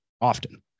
often